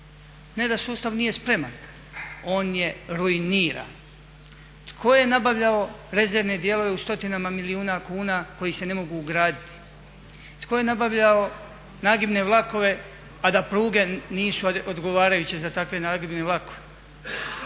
Ne da sustav nije spreman, on je ruiniran. Tko je nabavljao rezervne dijelove u stotinama milijuna kuna koji se ne mogu ugraditi? Tko je nabavljao nagibne vlakove, a da pruge nisu odgovarajuće za takve nagibne vlakove?